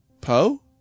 Poe